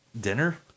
dinner